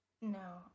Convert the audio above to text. No